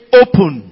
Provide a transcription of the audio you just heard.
open